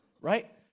Right